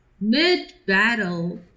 mid-battle